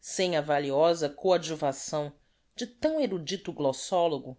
sem a valiosa coadjuvação de tão erudito glossologo